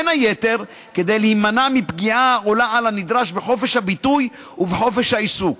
בין היתר כדי להימנע מפגיעה העולה על הנדרש בחופש הביטוי ובחופש העיסוק.